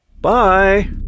Bye